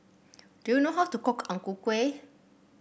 do you know how to cook Ang Ku Kueh